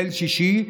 ליל שישי,